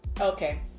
okay